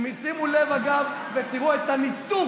שימו לב, אגב, ותראו את הניתוק